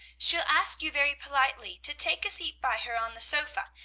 she'll ask you very politely to take a seat by her on the sofa,